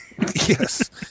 Yes